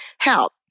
help